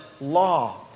law